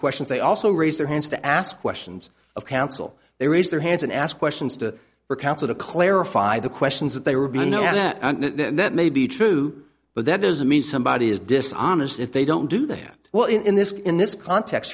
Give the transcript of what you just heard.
questions they also raise their hands to ask questions of council they raise their hands and ask questions to the council to clarify the questions that they were being know that and that may be true but that doesn't mean somebody is dishonest if they don't do that well in this in this context